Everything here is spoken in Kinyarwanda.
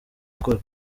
gukora